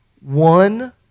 one